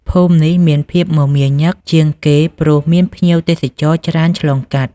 ភូមិនេះមានភាពមមាញឹកជាងគេព្រោះមានភ្ញៀវទេសចរច្រើនឆ្លងកាត់។